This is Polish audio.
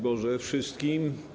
Boże wszystkim!